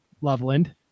Loveland